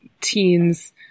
teens